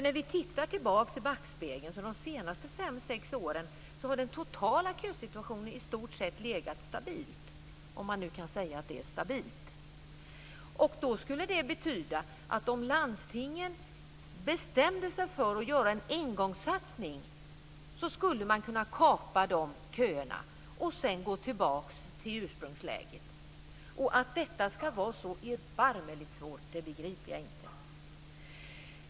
När vi tittar i backspegeln ser vi att under de senaste fem sex åren har den totala kösituationen i stort sett varit stabil, om man nu kan säga att det är stabilt. Då skulle det betyda att om landstingen bestämde sig för att göra en engångssatsning skulle man kunna kapa de köerna och sedan gå tillbaka till ursprungsläget. Att detta ska vara så erbarmligt svårt begriper jag inte.